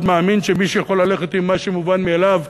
מאמין שמישהו יכול ללכת עם מה שמובן מאליו,